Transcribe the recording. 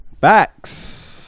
Facts